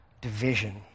division